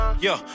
Yo